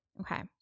Okay